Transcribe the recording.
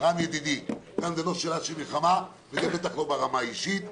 רם ידידי, וזה בטח לא ברמה האישית.